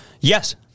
Yes